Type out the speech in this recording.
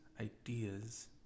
ideas